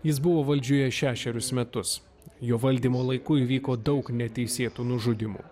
jis buvo valdžioje šešerius metus jo valdymo laiku įvyko daug neteisėtų nužudymų